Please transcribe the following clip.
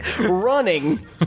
running